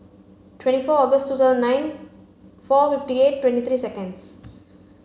twenty four August two thousand nine four fifty eight twenty three seconds